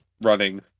running